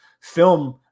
film